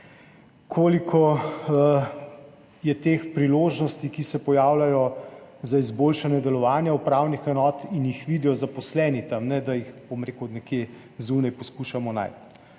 koliko je teh priložnosti, ki se pojavljajo za izboljšanje delovanja upravnih enot in jih vidijo zaposleni tam, ne da jih, bom rekel, nekje zunaj poskušamo najti.